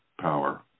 power